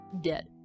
dead